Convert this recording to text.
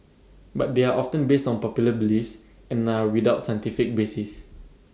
but they are often based on popular beliefs and are without scientific basis